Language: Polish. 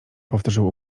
powtórzył